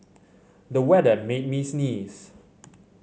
the weather made me sneeze